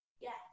Yes